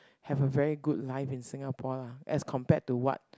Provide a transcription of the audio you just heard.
have a very good life in Singapore lah as compared to what